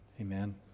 amen